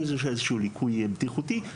אם זה איזשהו ליקוי בטיחותי,